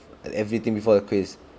err everything before the quiz